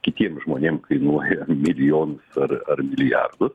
kitiem žmonėm kainuoja milijonus ar ar milijardus